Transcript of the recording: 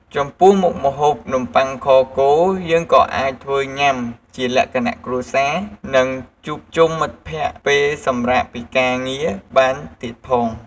ចំពោះមុខម្ហូបនំបុ័ខខគោយើងក៏អាចធ្វើញុាំជាលក្ខណៈគ្រួសារនិងជួបជុំមិត្តភក្តិពេលសម្រាកពីការងារបានទៀតផង។